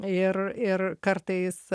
ir ir kartais